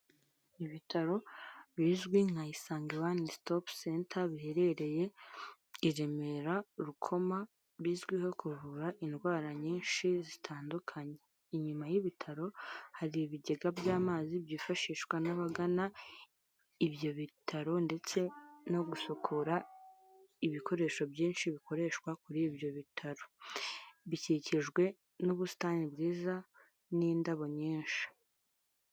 Ibitaro bizwi nka Isange One Stop Center biherereye i Remera Rukoma bizwiho kuvura indwara nyinshi zitandukanye, inyuma y'ibitaro hari ibigega by'amazi byifashishwa n'abagana ibyo bitaro ndetse no gusukura ibikoresho byinshi bikoreshwa kuri ibyo bitaro, bikikijwe n'ubusitani bwiza n'indabo nyinshi.